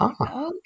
Okay